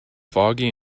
foggy